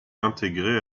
intégrés